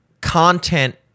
content